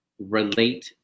relate